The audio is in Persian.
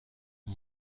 اون